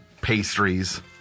pastries